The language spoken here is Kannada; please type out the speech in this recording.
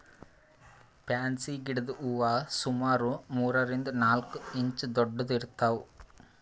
ಫ್ಯಾನ್ಸಿ ಗಿಡದ್ ಹೂವಾ ಸುಮಾರ್ ಮೂರರಿಂದ್ ನಾಲ್ಕ್ ಇಂಚ್ ದೊಡ್ಡದ್ ಇರ್ತವ್